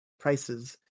prices